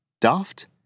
daft